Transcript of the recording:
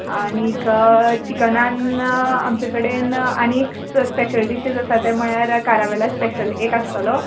आनीक चिकनान आमचे कडेन आनी एक स स्पॅशल डिशीज आसा तें म्हळ्यार कारावॅला स्पॅशल एक आसतोलो